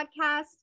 podcast